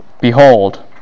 Behold